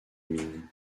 mine